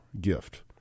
gift